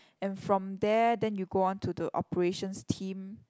and from there then you go onto the operations team